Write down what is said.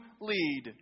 lead